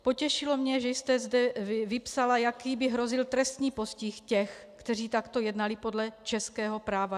Potěšilo mě, že jste zde vypsala, jaký by hrozil trestní postih těch, kteří takto jednali podle českého práva.